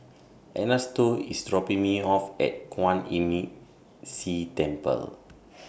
Ernesto IS dropping Me off At Kwan Imm See Temple